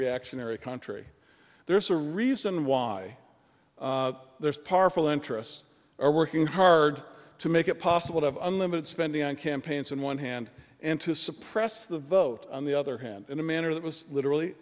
reactionary country there's a reason why there's powerful interests are working hard to make it possible to have unlimited spending on campaigns on one hand and to suppress the vote on the other hand in a manner that was literally